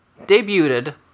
debuted